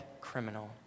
criminal